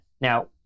Now